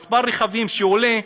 מספר הרכבים עולה,